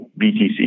BTC